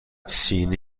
سینه